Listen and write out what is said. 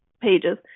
pages